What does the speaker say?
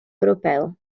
europeo